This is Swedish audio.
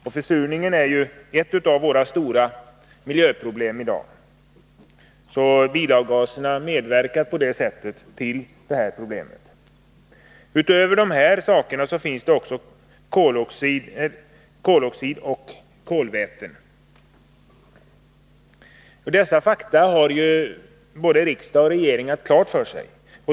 Och försurningen är ju ett av våra stora miljöproblem i dag. Bilavgaserna medverkar således på detta sätt till försurningen. Därutöver finns det också koloxid och kolväten i bensinen. Dessa fakta har både riksdag och regering känt till.